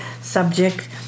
subject